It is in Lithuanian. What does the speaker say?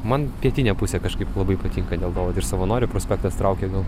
man pietinė pusė kažkaip labai patinka dėl to ir savanorių prospektas traukia gal